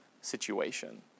situation